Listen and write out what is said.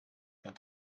qu’un